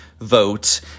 vote